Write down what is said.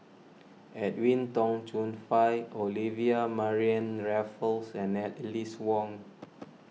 Edwin Tong Chun Fai Olivia Mariamne Raffles and Alice Ong